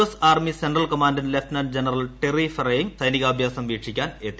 S army central commander lieutenant general Terry Ferrell ലും സൈനികാഭ്യാസം വീക്ഷിക്കാൻ എത്തി